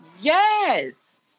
yes